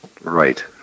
Right